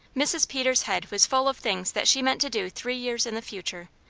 mrs. peters' head was full of things that she meant to do three years in the future.